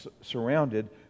surrounded